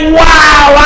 wow